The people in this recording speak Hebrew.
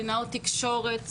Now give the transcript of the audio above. קלינאיות תקשורת,